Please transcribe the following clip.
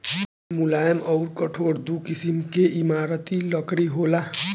मुलायम अउर कठोर दू किसिम के इमारती लकड़ी होला